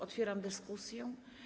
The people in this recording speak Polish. Otwieram dyskusję.